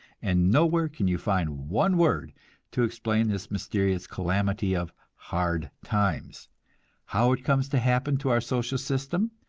and nowhere can you find one word to explain this mysterious calamity of hard times how it comes to happen to our social system,